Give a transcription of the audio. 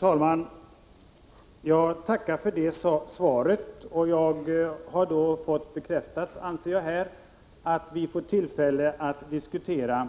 Herr talman! Jag tackar för det svaret och anser att jag fått bekräftat att vi får tillfälle att diskutera